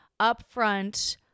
upfront